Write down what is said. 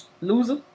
Loser